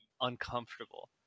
uncomfortable